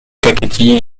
kakhétie